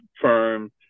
firm